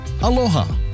Aloha